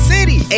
City